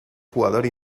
jugador